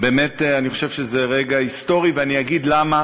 באמת, אני חושב שזה רגע היסטורי, ואני אגיד למה